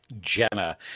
Jenna